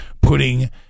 putting